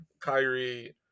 Kyrie